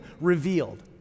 revealed